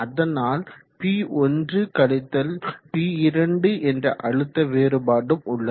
அதனால் P1 P2 என்ற அழுத்த வேறுபாடும் உள்ளது